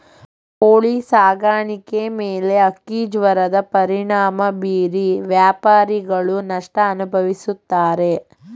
ಕೋಳಿ ಸಾಕಾಣಿಕೆ ಮೇಲೆ ಹಕ್ಕಿಜ್ವರದ ಪರಿಣಾಮ ಬೀರಿ ವ್ಯಾಪಾರಿಗಳು ನಷ್ಟ ಅನುಭವಿಸುತ್ತಾರೆ